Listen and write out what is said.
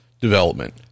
development